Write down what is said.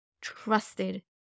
trusted